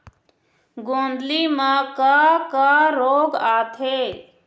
गोंदली म का का रोग आथे?